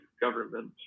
government